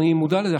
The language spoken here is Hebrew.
אני מודע לזה,